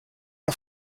der